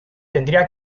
tendría